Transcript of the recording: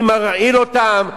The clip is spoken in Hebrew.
מי מרעיל אותם,